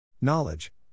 Knowledge